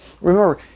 remember